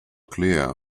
clear